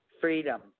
Freedom